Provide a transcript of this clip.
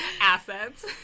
assets